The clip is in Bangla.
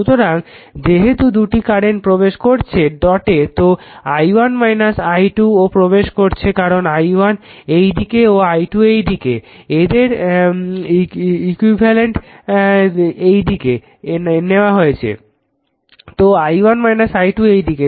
সুতরাং যেহেতু দুটি কারেন্ট প্রবেশ করছে ডটে তো i1 i 2 ও প্রবেশ করছে কারণ i1 এইদিকে ও i 2 এইদিকে এদের ইকুইভ্যালেন্ট এইদিকে নেওয়া হয়েছে তো i1 i 2 এইদিকে